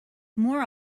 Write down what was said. more